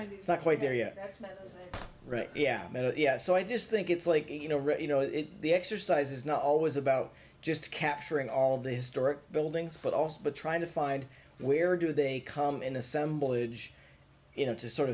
it's not quite there yet right yeah yeah so i just think it's like you know really you know it's the exercise is not always about just capturing all the historic buildings but also but trying to find where do they come in assemblage you know to sort